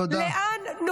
תודה.